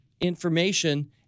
information